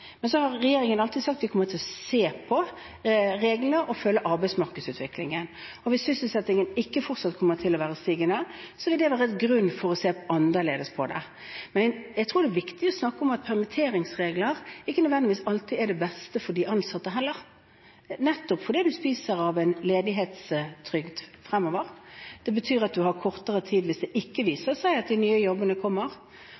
Men så har regjeringen alltid sagt at vi kommer til å se på reglene og følge arbeidsmarkedsutviklingen, og hvis sysselsettingen ikke fortsetter å være stigende, vil det være en grunn til å se annerledes på det. Men jeg tror det er viktig å snakke om at permitteringsregler ikke nødvendigvis alltid er det beste for de ansatte heller, nettopp fordi du spiser av en ledighetstrygd fremover. Det betyr at du har kortere tid hvis det viser seg at de nye jobbene ikke